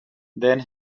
then